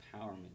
empowerment